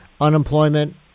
Unemployment